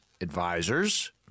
advisors